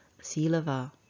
silava